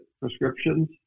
prescriptions